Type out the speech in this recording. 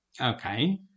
Okay